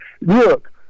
Look